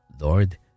Lord